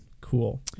cool